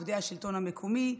עובדי השלטון המקומי,